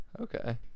Okay